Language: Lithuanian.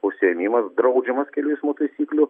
užsiėmimas draudžiamas kelių eismo taisyklių